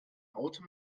auto